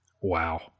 Wow